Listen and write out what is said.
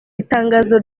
itangazo